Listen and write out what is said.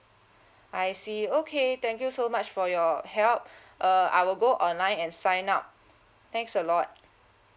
I see okay thank you so much for your help uh I will go online and sign up thanks a lot